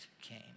came